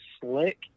slick